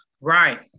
Right